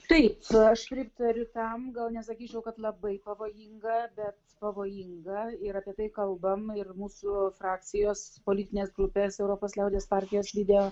taip aš pritariu tam gal nesakyčiau kad labai pavojinga bet pavojinga ir apie tai kalbam ir mūsų frakcijos politinės grupės europos liaudies partijos lydėjo